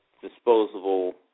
disposable